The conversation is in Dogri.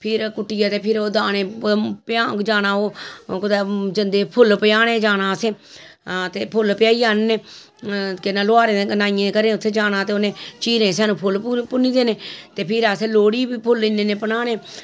फिर कुट्टियै ते फिर ओह् दाने प्याह्न जाना ओह् कुतै जंदे फुल्ल प्याह्ने जाना हां ते असें फुल्ल प्याहियै आनन्ने केह् नां लोहारें दे नाइयें दे घरें उत्थै जाना ते उ'नें चीरें सानूं फुल्ल भुन्नी देने ते फिर असें लोह्ड़ी पर फुल्ल इन्ने इन्ने भुनान्ने